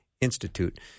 Institute